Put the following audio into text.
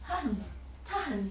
她很她很